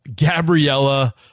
Gabriella